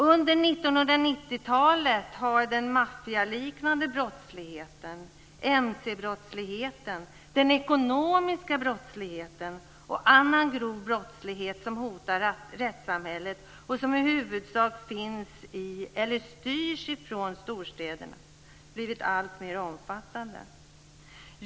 Under 1990-talet har den maffialiknande brottsligheten, mc-brottsligheten, den ekonomiska brottsligheten och annan grov brottslighet som hotar rättssamhället och som i huvudsak finns i eller styrs från storstäderna blivit alltmer omfattande.